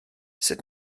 sut